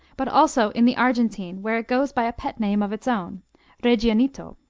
but also in the argentine where it goes by a pet name of its own regianito.